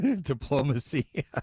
Diplomacy